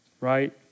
right